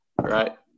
right